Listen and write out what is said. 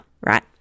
right